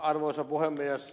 arvoisa puhemies